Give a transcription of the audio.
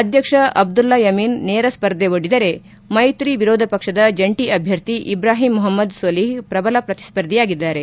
ಅಧ್ವಕ್ಕ ಅಬ್ಲಲ್ಲಾ ಯಮೀನ್ ನೇರ ಸ್ಪರ್ಧೆ ಒಡ್ಡಿದರೆ ಮೈತ್ರಿ ವಿರೋಧ ಪಕ್ಷದ ಜಂಟಿ ಅಭ್ಯರ್ಥಿ ಇಬ್ರಾಹಿಂ ಮೊಹಮ್ನದ್ ಸೊಲಿಹ್ ಪ್ರಬಲ ಪ್ರತಿಸ್ಪರ್ಧಿಯಾಗಿದ್ದಾರೆ